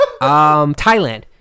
thailand